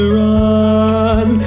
run